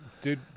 dude